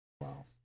Wow